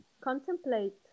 contemplate